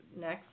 next